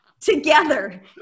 together